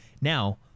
Now